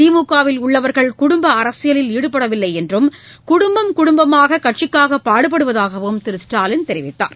திமுகவில் உள்ளவர்கள் குடும்ப அரசியலில் ஈடுபடவில்லை என்றும் குடும்பம் குடும்பமாக கட்சிக்காக பாடுபடுவதாகவும் திரு ஸ்டாலின் தெரிவித்தார்